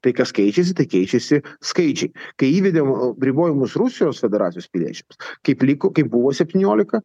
tai kas keičiasi tai keičiasi skaičiai kai įvedėm ribojimus rusijos federacijos piliečiams kaip liko kaip buvo septyniolika